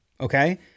okay